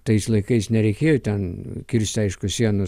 tais laikais nereikėjo ten kirst aišku sienų